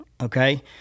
okay